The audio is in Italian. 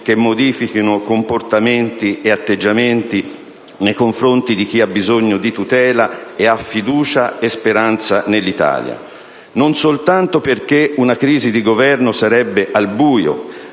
che modifichino comportamenti e atteggiamenti nei confronti di chi ha bisogno di tutela e nutre fiducia e speranza nell'Italia; non soltanto perché una crisi di Governo sarebbe al buio,